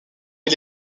est